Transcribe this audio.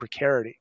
precarity